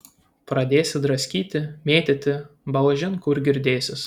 pradėsi draskyti mėtyti balažin kur girdėsis